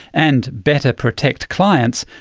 and better protect clients,